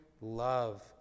love